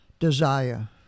Desire